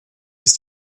ist